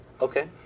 Okay